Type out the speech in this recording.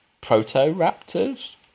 proto-raptors